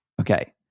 Okay